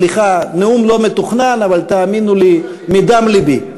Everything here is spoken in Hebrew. סליחה, נאום לא מתוכנן, אבל תאמינו לי, מדם לבי.